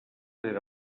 era